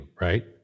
right